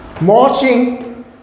marching